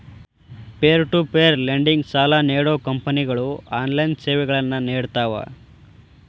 peer to peer lending ಸಾಲಾ ನೇಡೋ ಕಂಪನಿಗಳು ಆನ್ಲೈನ್ ಸೇವೆಗಳನ್ನ ನೇಡ್ತಾವ